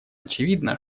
очевидно